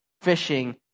fishing